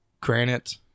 granite